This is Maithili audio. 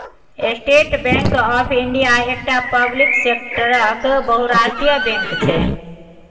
स्टेट बैंक आँफ इंडिया एकटा पब्लिक सेक्टरक बहुराष्ट्रीय बैंक छै